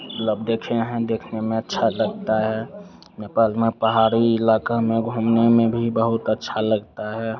मतलब देखे हैं देखने में अच्छा लगता है नेपाल में पहाड़ी इलाक़े में घूमने में भी बहुत अच्छा लगता है